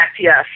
yes